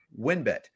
WinBet